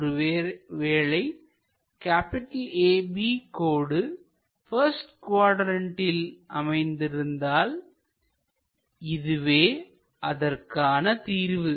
ஒருவேளை AB கோடு first குவாட்ரண்ட்டில் அமைந்திருந்தால் இதுவே அதற்கான தீர்வு